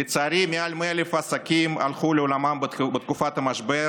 לצערי, יותר מ-100,000 הלכו לעולמם בתקופת המשבר,